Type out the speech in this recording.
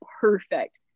perfect